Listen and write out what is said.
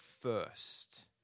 first